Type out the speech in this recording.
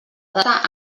data